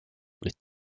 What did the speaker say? les